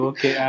Okay